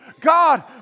God